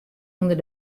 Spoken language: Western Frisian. ûnder